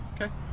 Okay